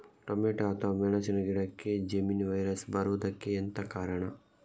Tomato ಅಥವಾ ಮೆಣಸಿನ ಗಿಡಕ್ಕೆ ಜೆಮಿನಿ ವೈರಸ್ ಬರುವುದಕ್ಕೆ ಎಂತ ಕಾರಣ?